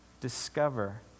Discover